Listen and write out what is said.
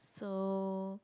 so